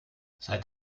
seit